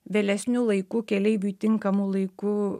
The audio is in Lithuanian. vėlesniu laiku keleiviui tinkamu laiku